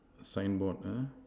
signboard ah